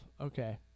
Okay